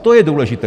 To je důležité.